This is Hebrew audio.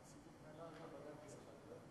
אני אומר לך שיש נכונות להוסיף שכר לבעלי השכר הנמוך,